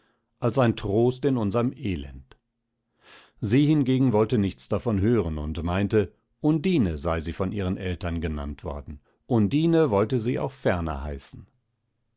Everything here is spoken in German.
als ein trost in unserm elend sie hingegen wollte nichts davon hören und meinte undine sei sie von ihren eltern genannt worden undine wolle sie auch ferner heißen